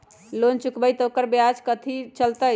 Loan चुकबई त ओकर ब्याज कथि चलतई?